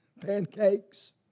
pancakes